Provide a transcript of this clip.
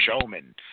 Showman